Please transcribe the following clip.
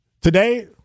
today